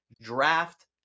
draft